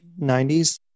90s